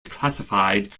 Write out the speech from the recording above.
classified